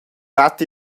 dat